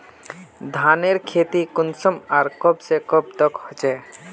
धानेर खेती कुंसम आर कब से कब तक होचे?